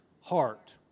heart